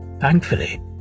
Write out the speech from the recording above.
thankfully